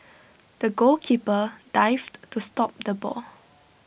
the goalkeeper dived to stop the ball